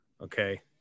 okay